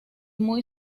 muy